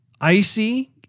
Icy